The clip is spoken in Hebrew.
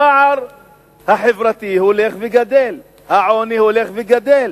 הפער החברתי הולך וגדל, העוני הולך וגדל